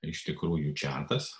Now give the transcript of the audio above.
iš tikrųjų čatas